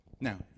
Now